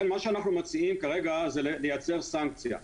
מה שאנחנו מציעים כרגע זה לייצר סנקציה.